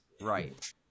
right